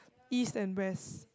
east and west